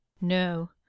no